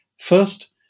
First